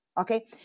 okay